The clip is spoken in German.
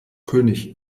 könig